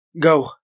go